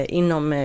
inom